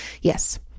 Yes